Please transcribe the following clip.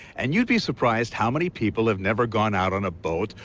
and you'd be surprised how many people have never gone out on a boat,